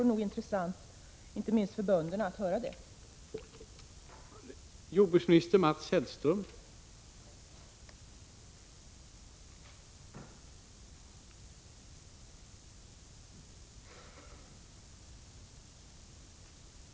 Det vore intressant, inte minst för bönderna, att få svar även på den frågan.